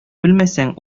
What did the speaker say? белмәсәң